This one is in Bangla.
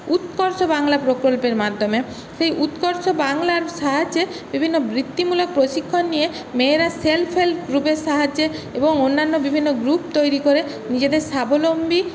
উৎকর্ষ বাংলা প্রকল্পের মাধ্যমে সেই উৎকর্ষ বাংলার সাহায্যে বিভিন্ন বৃত্তিমূলক প্রশিক্ষণ নিয়ে মেয়েরা সেল্ফ হেল্প গ্রুপের সাহায্যে এবং অন্যান্য বিভিন্ন গ্রুপ তৈরি করে নিজেদের স্বাবলম্বী